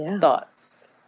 thoughts